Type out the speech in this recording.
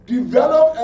develop